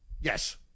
Yes